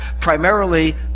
primarily